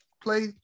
play